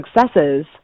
successes